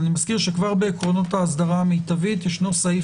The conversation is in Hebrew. אני מזכיר שכבר בעקרונות האסדרה המיטבית יש סעיף